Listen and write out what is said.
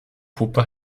puppe